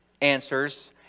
answers